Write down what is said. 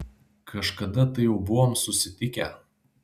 kažkada tai jau buvom susitikę